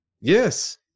Yes